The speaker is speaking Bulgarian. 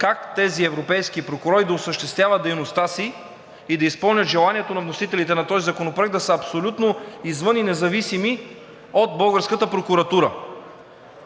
как тези европейски прокурори да осъществяват дейността си и да изпълнят желанието на вносителите на този законопроект да са абсолютно извън и независими от българската прокуратура.